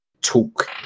talk